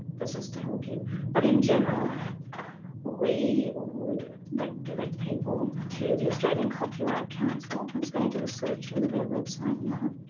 that's just to help you but in general we would like direct people to the australian copyright council. i'm just going to a search for their website now.